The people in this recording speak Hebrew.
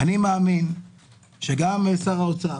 אני מאמין שגם שר האוצר